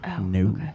No